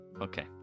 Okay